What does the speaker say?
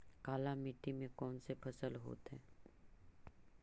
काला मिट्टी में कौन से फसल होतै?